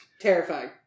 Terrifying